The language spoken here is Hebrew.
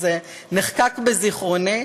וזה נחקק בזיכרוני,